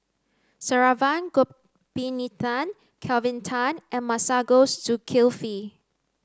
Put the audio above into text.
Saravanan Gopinathan Kelvin Tan and Masagos Zulkifli